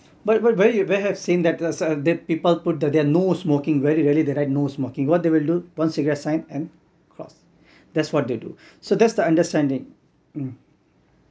but but where you where have seen that as a the people put that there no smoking very rarely they write no smoking what they will do one cigarette sign and cross that's what they do so that's the understanding um